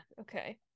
okay